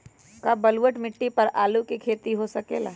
का बलूअट मिट्टी पर आलू के खेती हो सकेला?